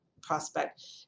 prospect